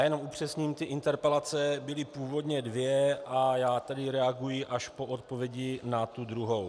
Jenom upřesním ty interpelace byly původně dvě a já tedy reaguji až po odpovědi na tu druhou.